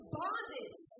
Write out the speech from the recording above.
bondage